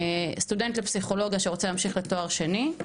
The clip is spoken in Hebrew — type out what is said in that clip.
סטודנט לפסיכולוגיה שרוצה להמשיך לתואר שני,